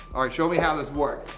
alright show me how this works.